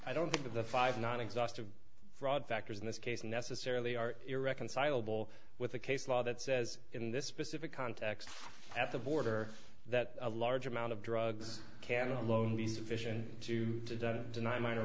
i don't think of the five non exhaustive fraud factors in this case necessarily are irreconcilable with the case law that says in this specific context at the border that a large amount of drugs can alone be sufficient to deny m